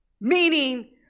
meaning